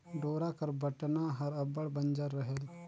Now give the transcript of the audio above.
डोरा कर बटना हर अब्बड़ बंजर रहेल